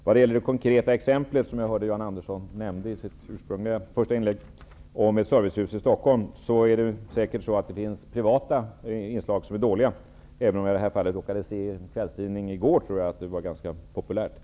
Beträffande det konkreta exempel som Jan Andersson nämnde i sitt första inlägg, nämligen ett servicehus i Stockholm, finns det säkert privata inslag som är dåliga, även om jag i detta fall råkade se i en kvällstidning i går att det t.o.m. var ganska populärt.